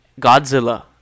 Godzilla